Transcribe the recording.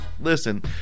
Listen